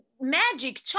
magic